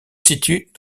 situent